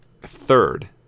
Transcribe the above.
third